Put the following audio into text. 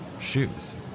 shoes